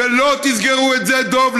ולא תסגרו את שדה דב,